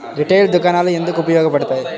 Retail దుకాణాలు ఎందుకు ఉపయోగ పడతాయి?